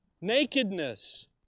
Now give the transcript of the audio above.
Nakedness